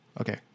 okay